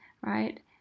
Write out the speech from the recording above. right